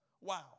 Wow